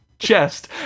chest